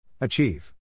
Achieve